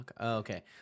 Okay